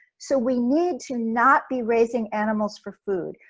so we need to not be raising animals for food.